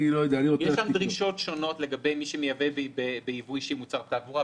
יש שם דרישות שונות לגבי מי שמייבא בייבוא אישי מוצר תעבורה,